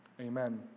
Amen